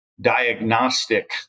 diagnostic